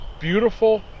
beautiful